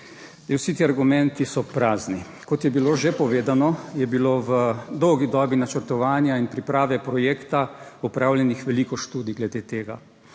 vsi ti argumenti so prazni. Kot je bilo že povedano, je bilo v dolgi dobi načrtovanja in priprave projekta opravljenih veliko študij glede tega.